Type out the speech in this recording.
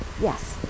Yes